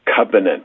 covenant